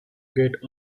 gate